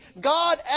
God